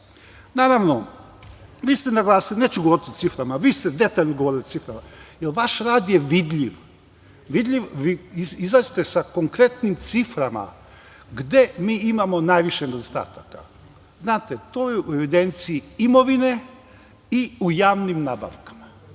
moram da naglasim. Neću govoriti o ciframa, vi ste detaljno govorili o ciframa, jer vaš rad je vidljiv, vi izlazite sa konkretnim ciframa. Gde mi imamo najviše nedostataka? Znate, to je u evidenciji imovine i u javnim nabavkama.